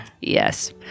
Yes